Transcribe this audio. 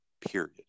Period